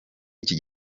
iki